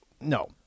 No